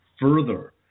further